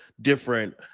different